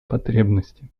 потребности